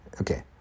okay